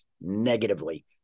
negatively